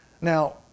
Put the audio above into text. Now